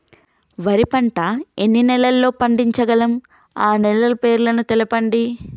వరి పంట ఎన్ని నెలల్లో పండించగలం ఆ నెలల పేర్లను తెలుపండి?